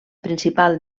principal